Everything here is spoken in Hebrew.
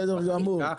בסדר גמור.